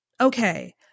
Okay